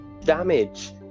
damage